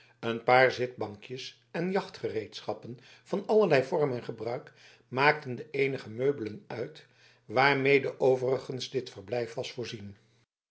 een paar zitbankjes en jachtgereedschappen van allerlei vorm en gebruik maakten de eenige meubelen uit waarmede overigens dit verblijf was voorzien